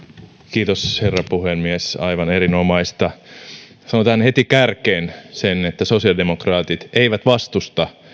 kiitos herra puhemies aivan erinomaista sanon tähän heti kärkeen sen että sosiaalidemokraatit eivät vastusta